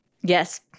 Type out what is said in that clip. Yes